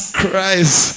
Christ